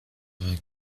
vingt